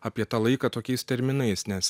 apie tą laiką tokiais terminais nes